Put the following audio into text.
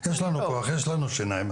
יש לנו כוח ויש לנו שיניים.